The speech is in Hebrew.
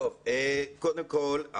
קודם כל,